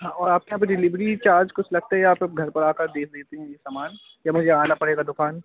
हाँ और आपके यहाँ पे डिलीवरी चार्ज कुछ लगता है या आप लोग घर पर आकर दे देते हैं ये सामान या मुझे आना पड़ेगा दुकान